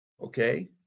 Okay